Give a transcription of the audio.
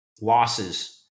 losses